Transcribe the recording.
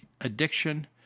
addiction